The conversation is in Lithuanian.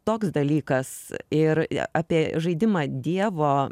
toks dalykas ir apie žaidimą dievo